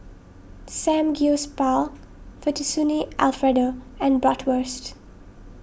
Samgyeopsal Fettuccine Alfredo and Bratwurst